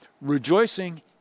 Rejoicing